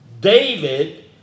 David